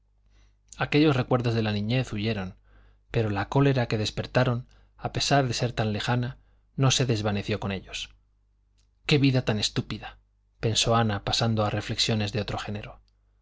aquellos recuerdos de la niñez huyeron pero la cólera que despertaron a pesar de ser tan lejana no se desvaneció con ellos qué vida tan estúpida pensó ana pasando a reflexiones de otro género